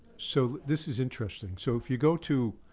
so this is interesting. so if you go to,